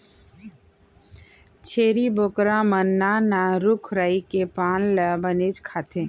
छेरी बोकरा मन नान नान रूख राई के पाना ल बनेच खाथें